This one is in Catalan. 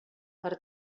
per